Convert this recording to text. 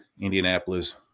Indianapolis